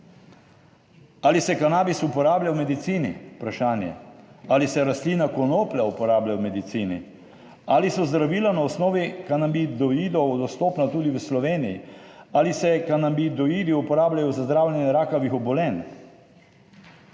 Ali se kanabis uporablja v medicini vprašanje? Ali se rastlina konoplja uporablja v medicini, ali so zdravila na osnovi kanabinoidov dostopna tudi v Sloveniji? Ali se kanabinoidi uporabljajo za zdravljenje rakavih obolenj?